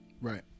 Right